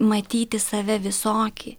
matyti save visokį